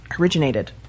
originated